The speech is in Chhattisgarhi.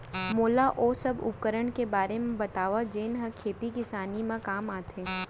मोला ओ सब उपकरण के बारे म बतावव जेन ह खेती किसानी म काम आथे?